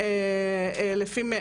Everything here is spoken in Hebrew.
בכל הענפים,